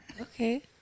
Okay